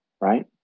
Right